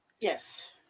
Yes